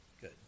Good